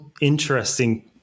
interesting